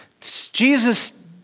Jesus